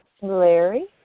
Larry